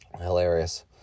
Hilarious